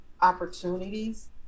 opportunities